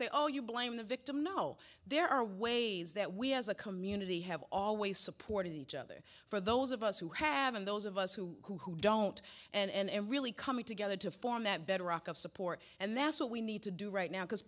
say oh you blame the victim no there are ways that we as a community have always supported each other for those of us who have and those of us who don't and really coming together to form that bedrock of support and that's what we need to do right now because